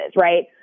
right